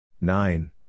Nine